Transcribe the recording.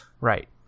right